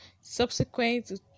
subsequent